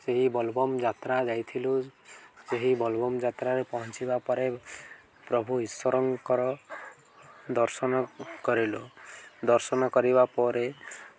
ସେହି ବୋଲ୍ବମ୍ ଯାତ୍ରା ଯାଇଥିଲୁ ସେହି ବୋଲ୍ବମ୍ ଯାତ୍ରାରେ ପହଞ୍ଚିବା ପରେ ପ୍ରଭୁ ଈଶ୍ୱରଙ୍କର ଦର୍ଶନ କରିଲୁ ଦର୍ଶନ କରିବା ପରେ